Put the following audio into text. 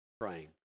praying